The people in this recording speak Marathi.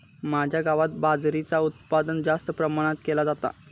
माझ्या गावात बाजरीचा उत्पादन जास्त प्रमाणात केला जाता